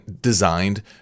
designed